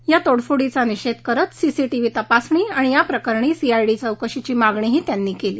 या तोडफोडीचा निषेध करत सीसीटीव्ही तपासणी आणि या प्रकरणी सीआयडी चौकशीची मागणीही त्यांनी केली